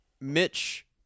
Mitch